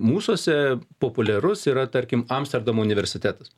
mūsuose populiarus yra tarkim amsterdamo universitetas